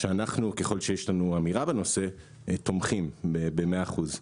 שככל שיש לנו אמירה בנושא הזה תומכים במאה אחוזים.